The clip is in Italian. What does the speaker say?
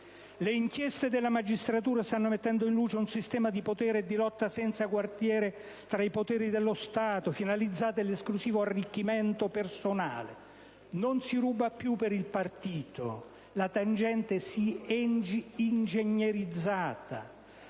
le inchieste della magistratura stanno mettendo in luce un sistema di potere e di lotta senza quartiere tra i poteri dello Stato, finalizzato all'esclusivo arricchimento personale. Non si ruba più per il partito; la tangente si è ingegnerizzata: